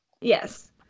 Yes